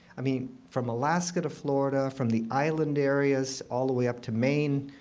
i mean, from alaska to florida, from the island areas all the way up to maine,